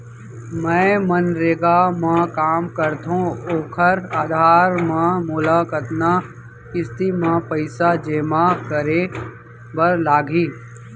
मैं मनरेगा म काम करथो, ओखर आधार म मोला कतना किस्ती म पइसा जेमा करे बर लागही?